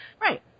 Right